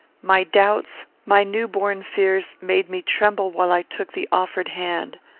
my doubts, my new-born fears, made me tremble while i took the offered hand.